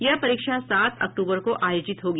यह परीक्षा सात अक्टूबर को आयोजित होगी